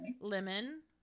lemon